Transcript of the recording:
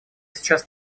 сейчас